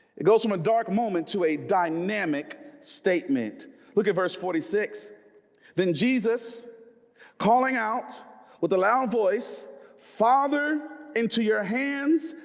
it goes from a dark moment to a dynamic statement look at verse forty six then jesus calling out with a loud voice father into your hands.